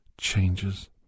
changes